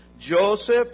Joseph